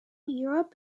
europe